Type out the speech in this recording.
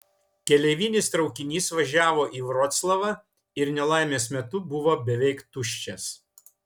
keleivinis traukinys važiavo į vroclavą ir nelaimės metu buvo beveik tuščias